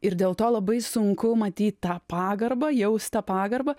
ir dėl to labai sunku matyt tą pagarbą jaust tą pagarbą